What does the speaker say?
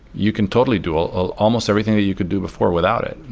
you can totally do ah ah almost everything that you could do before without it.